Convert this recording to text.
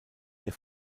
der